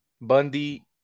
Bundy